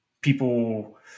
people